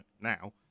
now